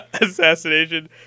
assassination